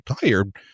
tired